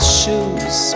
shoes